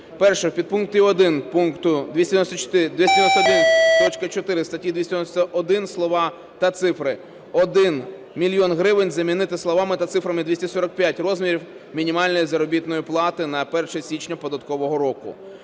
Перше. В підпункті 1 пункту 291.4 статті 291 слова та цифри "1 мільйон гривень" замінити словами та цифрами "245 розмірів мінімальної заробітної плати на 1 січня податкового року".